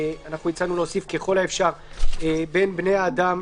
אנחנו הצענו להוסיף: ככל האפשר בין בני אדם,